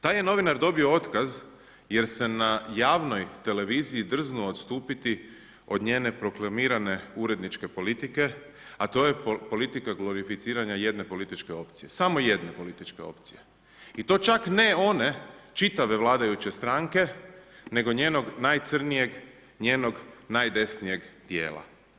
Taj je novinar dobio otkaz jer se na javnoj televiziji drznuo odstupiti od njene proklamirane uredničke politike, a to je politika glorificiranja jedne političke opcije, samo jedne političke opcije i to čak ne one čitave vladajuće stranke, nego njenog najcrnijeg, njenog najdesnijeg tijela.